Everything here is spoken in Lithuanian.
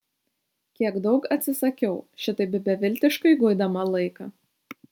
kiek daug atsisakiau šitaip beviltiškai guidama laiką